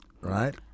Right